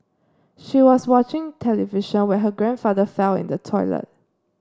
she was watching television when her grandfather found in the toilet